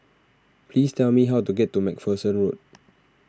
please tell me how to get to MacPherson Road